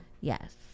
Yes